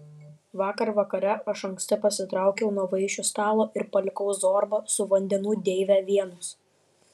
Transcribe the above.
vakar vakare aš anksti pasitraukiau nuo vaišių stalo ir palikau zorbą su vandenų deive vienus